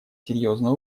серьезную